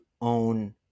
own